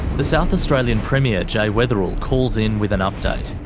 the south australian premier jay weatherill calls in with an update.